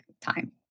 time